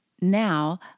Now